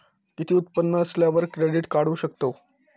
किती उत्पन्न असल्यावर क्रेडीट काढू शकतव?